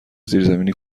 زیرزمینی